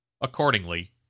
Accordingly